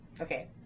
Okay